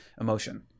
emotion